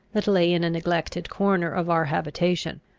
that lay in a neglected corner of our habitation.